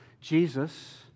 Jesus